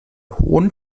hohen